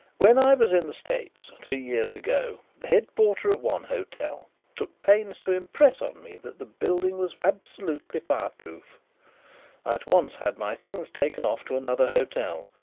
when i was in the states, three years ago, the head porter at one hotel took pains to impress on me that the building was absolutely fireproof. i at once had my things taken off to another hotel.